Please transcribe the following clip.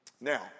Now